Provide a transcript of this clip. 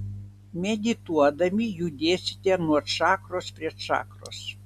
medituodami judėsite nuo čakros prie čakros